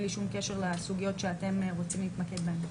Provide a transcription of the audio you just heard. בלי שום קשר לסוגיות שאתם רוצים להתמקד בהן.